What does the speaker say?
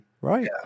right